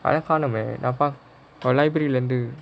அத காணுமே நான் பாக்~:atha kaanumae naan paak~ library லந்து:lanthu